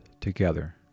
together